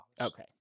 Okay